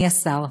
אדוני השר,